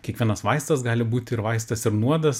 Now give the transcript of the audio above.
kiekvienas vaistas gali būti ir vaistas ir nuodas